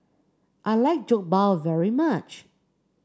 I like Jokbal very much